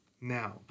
now